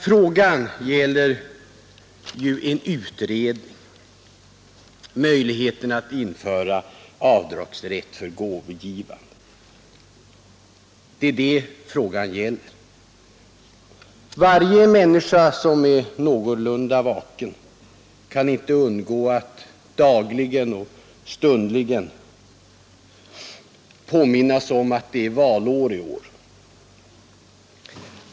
Frågan gäller en utredning om möjligheterna att införa avdragsrätt vid beskattningen för gåvor. Ingen människa som är någorlunda vaken kan undgå att dagligen och stundligen påminnas om att det är valår i år.